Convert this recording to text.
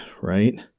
right